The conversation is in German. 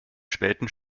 späten